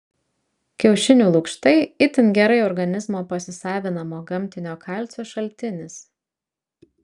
kiaušinių lukštai itin gerai organizmo pasisavinamo gamtinio kalcio šaltinis